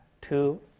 two